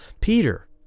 Peter